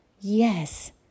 Yes